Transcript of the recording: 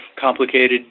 complicated